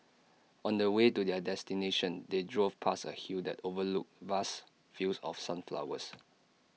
on the way to their destination they drove past A hill that overlooked vast fields of sunflowers